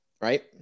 Right